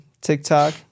TikTok